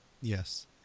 Yes